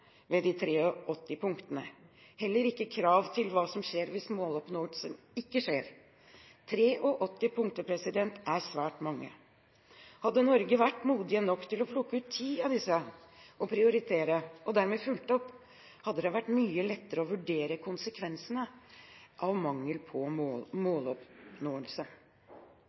ved de 83 punktene, og det er heller ikke krav til hva som skjer hvis måloppnåelsen ikke skjer. 83 punkter er svært mange. Hadde Norge vært modig nok til å plukke ut og prioritere ti av disse og fulgt dem opp, hadde det vært mye lettere å vurdere konsekvensene av mangel på måloppnåelse.